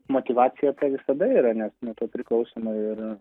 motyvacija visada yra nes nuo to priklauso na ir